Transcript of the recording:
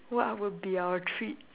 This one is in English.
what would be our treats